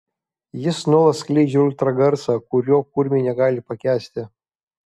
jis nuolat skleidžia ultragarsą kurio kurmiai negali pakęsti